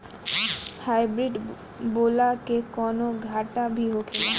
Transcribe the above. Hybrid बोला के कौनो घाटा भी होखेला?